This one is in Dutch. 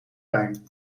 wijn